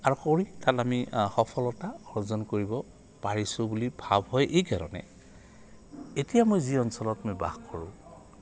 আৰু কৰি তাত আমি সফলতা অৰ্জন কৰিব পাৰিছোঁ বুলি ভাব হয় এইকাৰণে এতিয়া মই যি অঞ্চলত মই বাস কৰোঁ